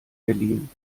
berlin